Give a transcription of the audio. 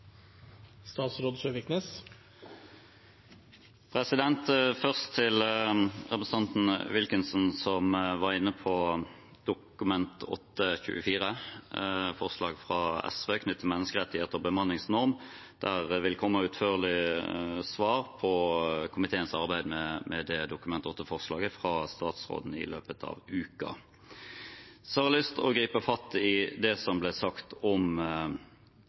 Først til representanten Wilkinson, som var inne på Dokument 8:24 S for 2019–2020, representantforslag fra SV knyttet til menneskerettigheter og bemanningsnorm. Det vil komme utførlig svar på komiteens arbeid med det Dokument 8-forslaget fra statsråden i løpet av uken. Så har jeg lyst til å gripe fatt i det som ble sagt om